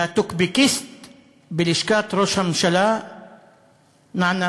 והטוקבקיסט בלשכת ראש הממשלה נענה,